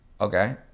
Okay